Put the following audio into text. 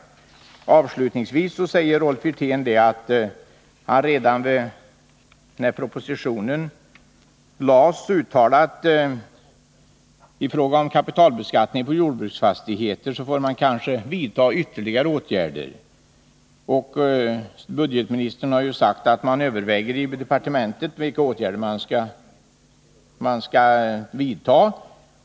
Avslutningsvis säger Rolf Wirtén att han redan när propositionen lades fram uttalade att i fråga om kapitalbeskattningen av jordbruksfastigheter får man kanske vidta ytterligare åtgärder, och budgetministern har ju sagt att man i departementet överväger vilka åtgärder man skall vidta.